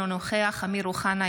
אינו נוכח אמיר אוחנה,